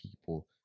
people